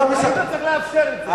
צריך לאפשר את זה.